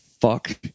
fuck